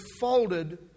folded